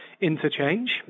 interchange